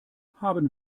haben